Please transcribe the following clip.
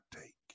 take